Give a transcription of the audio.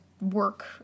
work